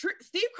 Steve